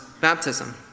baptism